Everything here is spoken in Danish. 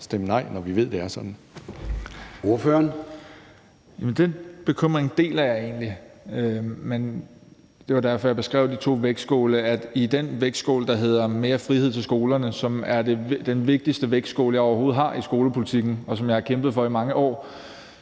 stemme nej, når vi ved, det er sådan?